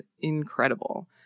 incredible